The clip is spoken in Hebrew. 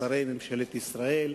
שרי ממשלת ישראל,